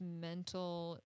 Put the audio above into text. mental